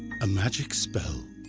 a magic spell!